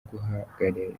guhagararira